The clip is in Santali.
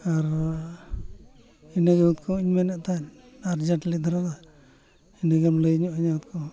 ᱟᱨ ᱤᱱᱟᱹ ᱠᱚᱜᱮᱧ ᱢᱮᱱᱮᱫ ᱛᱟᱦᱮᱸᱫ ᱫᱷᱟᱨᱟ ᱤᱱᱟᱹᱜᱮᱢ ᱞᱟᱹᱭᱧᱚᱜ ᱟᱹᱧᱟᱹ ᱦᱟᱹᱛᱠᱟᱹᱢ